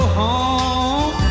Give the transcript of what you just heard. home